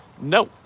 No